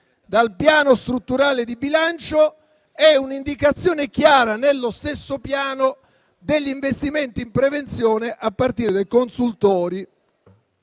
dal Piano strutturale di bilancio e un'indicazione chiara nello stesso Piano degli investimenti in prevenzione, a partire dai consultori